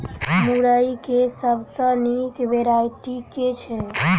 मुरई केँ सबसँ निक वैरायटी केँ छै?